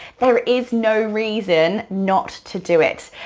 there is no reason not to do it.